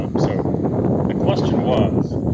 ah so the question was,